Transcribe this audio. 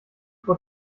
vor